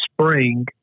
spring